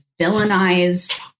villainize